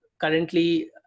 currently